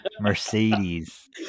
mercedes